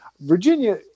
Virginia